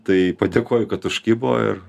tai padėkoju kad užkibo ir